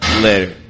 Later